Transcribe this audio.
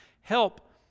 help